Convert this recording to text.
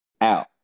out